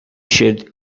should